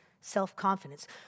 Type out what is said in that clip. Self-confidence